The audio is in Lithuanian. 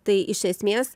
tai iš esmės